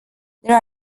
there